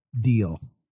deal